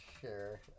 Sure